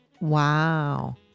wow